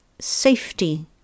safety